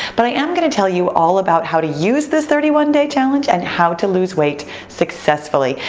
but i am gonna tell you all about how to use this thirty one day challenge and how to lose weight successfully.